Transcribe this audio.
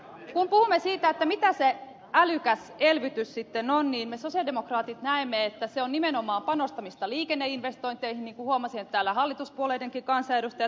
kun puhumme siitä mitä se älykäs elvytys sitten on niin me sosialidemokraatit näemme että se on nimenomaan panostamista liikenneinvestointeihin mitä huomasin täällä hallituspuolueidenkin kansanedustajien peräänkuuluttavan